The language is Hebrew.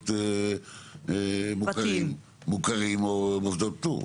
במוסדות מוכרים או מוסדות פטור.